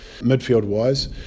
Midfield-wise